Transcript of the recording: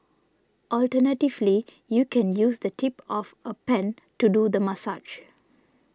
alternatively you can use the tip of a pen to do the massage